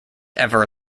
ever